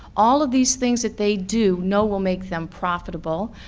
all of these things that they do know will make them profitable,